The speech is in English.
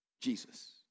Jesus